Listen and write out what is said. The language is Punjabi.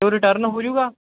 ਉਹ ਰਿਟਰਨ ਹੋਜੇਗਾ